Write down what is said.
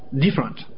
different